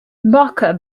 barker